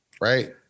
Right